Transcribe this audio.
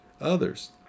others